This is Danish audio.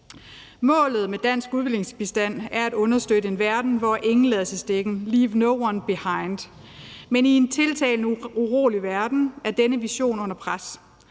Målet med dansk udviklingsbistand er at understøtte en verden, hvor ingen lades i stikken – leave no one behind. Men i en tiltagende urolig verden er denne vision under pres.